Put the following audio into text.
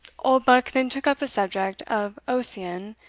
oldbuck then took up the subject of ossian,